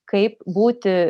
kaip būti